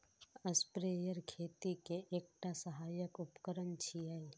sprayer खेती के एकटा सहायक उपकरण छियै